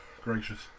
Gracious